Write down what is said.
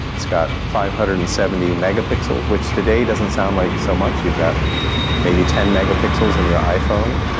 it's got five hundred and seventy megapixels, which today doesn't sound like so much. you've got maybe ten megapixels in your iphone,